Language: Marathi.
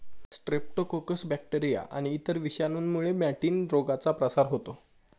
स्ट्रेप्टोकोकस बॅक्टेरिया आणि इतर विषाणूंमुळे मॅटिन रोगाचा प्रसार होतो